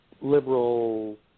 liberal